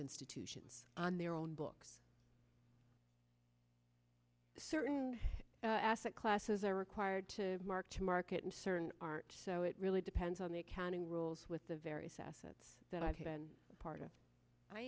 institutions on their own books a certain asset classes are required to mark to market uncertain art so it really depends on the accounting rules with the various assets that i've been a part of i